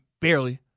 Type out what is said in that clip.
barely